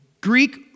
Greek